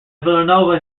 villanova